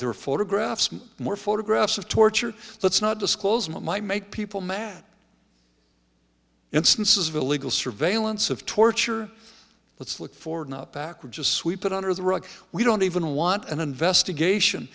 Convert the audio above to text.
there are photographs more photographs of torture let's not disclose might make people mad instances of illegal surveillance of torture let's look forward not backward just sweep it under the rug we don't even want an investigation